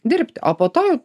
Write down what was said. dirbt o po to